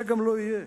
וזה גם לא יהיה.